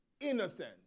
innocent